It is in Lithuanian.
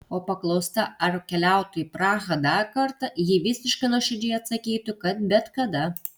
o paklausta ar keliautų į prahą dar kartą ji visiškai nuoširdžiai atsakytų kad bet kada